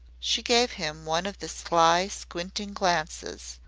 she gave him one of the sly, squinting glances.